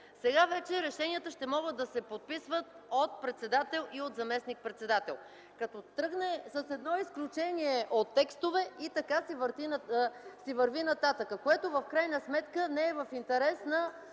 Сега вече решенията ще могат да се подписват от председател и заместник-председател. Като се тръгне с едно изключение от текстове и така си върви нататък. Това в крайна сметка не е в интерес на